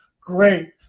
great